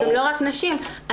זה לא רק נשים -- ברור.